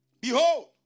Behold